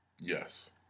Yes